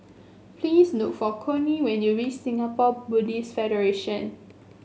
please look for Connie when you reach Singapore Buddhist Federation